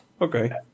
Okay